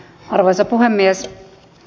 arvoisa puhemies